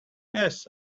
yes